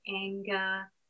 anger